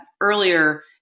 earlier